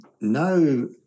no